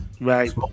right